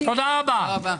תודה רבה.